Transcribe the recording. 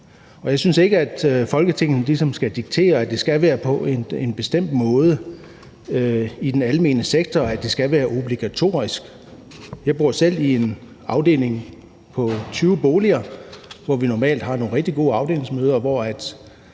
Jeg synes ikke, at Folketinget ligesom skal diktere, at det skal være på en bestemt måde i den almene sektor, og at det skal være obligatorisk. Jeg bor selv i en afdeling med 20 boliger, hvor vi normalt har nogle rigtig gode afdelingsmøder, og